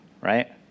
right